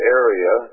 area